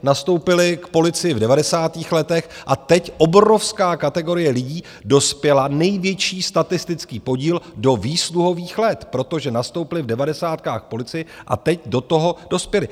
Nastoupily k policii v devadesátých letech a teď obrovská kategorie lidí dospěla, největší statistický podíl, do výsluhových let, protože nastoupily v devadesátkách k policii a teď do toho dospěly.